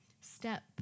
step